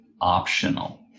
optional